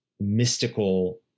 mystical